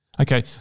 Okay